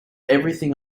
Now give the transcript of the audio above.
everything